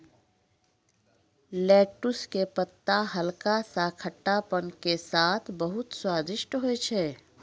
lettuce के पत्ता हल्का सा खट्टापन के साथॅ बहुत स्वादिष्ट होय छै